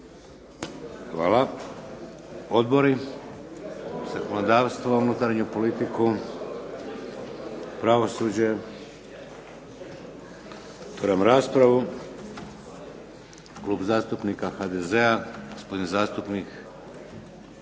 Hvala. Odbori? Zakonodavstvo, unutarnju politiku, pravosuđe? Otvaram raspravu. Klub zastupnika HDZ-a, gospodin zastupnik